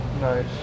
nice